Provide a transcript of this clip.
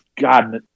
God